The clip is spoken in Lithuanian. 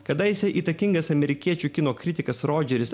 kadaise įtakingas amerikiečių kino kritikas rodžeris